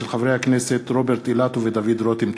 של חברי הכנסת רוברט אילטוב ודוד רותם.